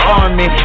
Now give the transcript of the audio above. army